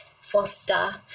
foster